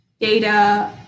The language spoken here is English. data